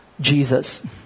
Jesus